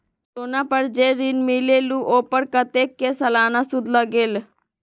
सोना पर जे ऋन मिलेलु ओपर कतेक के सालाना सुद लगेल?